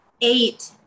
Eight